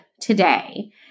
today